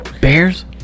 Bears